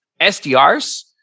SDRs